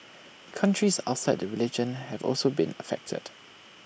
countries outside the religion have also been affected